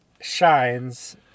shines